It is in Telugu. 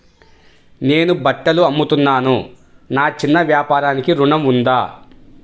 నేను బట్టలు అమ్ముతున్నాను, నా చిన్న వ్యాపారానికి ఋణం ఉందా?